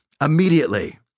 immediately